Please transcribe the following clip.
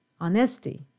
honesty